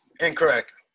Incorrect